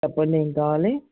చెప్పండి ఏం కావాలి